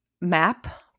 map